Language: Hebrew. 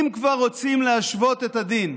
אם כבר רוצים להשוות את הדין,